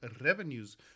revenues